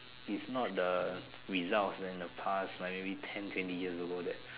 it's not the results and the past like maybe ten twenty years ago that